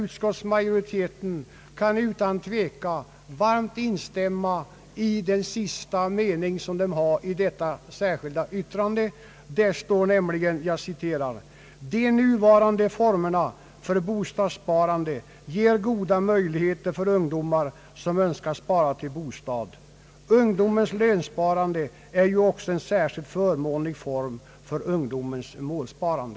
Utskottsmajoriteten kan utan tvekan instämma i de sista meningarna i detta särskilda yttrande. Där står nämligen: »De nuvarande formerna för bo stadssparande ger goda möjligheter för ungdomar som önskar spara till bostad. Ungdomens lönsparande är ju också en särskilt förmånlig form för ungdomens målsparande.»